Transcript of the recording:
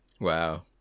Wow